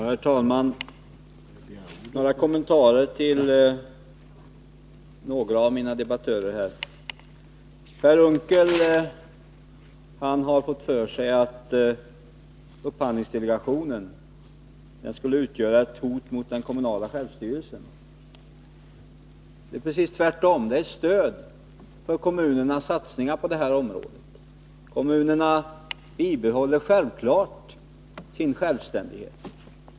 Herr talman! Jag vill rikta några kommentarer till mina meddebattörer. Per Unckel har fått för sig att upphandlingsdelegationen skulle utgöra ett hot mot den kommunala självstyrelsen. Det är precis tvärtom. Den är ett stöd för kommunernas satsningar på detta område. Kommunerna bibehåller givetvis sin självständighet.